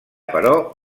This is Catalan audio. però